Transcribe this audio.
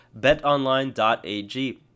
betonline.ag